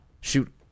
shoot